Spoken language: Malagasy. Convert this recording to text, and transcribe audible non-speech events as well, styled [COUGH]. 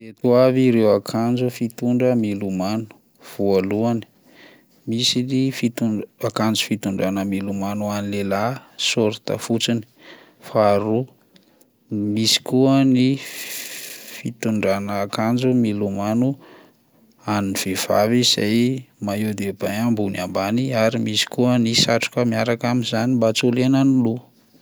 Ireto avy ireo akanjo fitondra milomano: voalohany, misy ny fitondra- akanjo fitondrana milomano ho an'ny lehilahy sôrta fotsiny; faharoa, misy koa ny f [HESITATION] fitondrana akanjo milomano an'ny vehivavy zay maillot de bain ambony ambany ary misy koa ny satroka miaraka amin'izany mba tsy ho lena ny loha.